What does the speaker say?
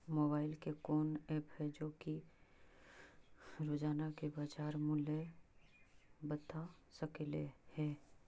Mobile के कोइ app है जो कि रोजाना के बाजार मुलय बता सकले हे?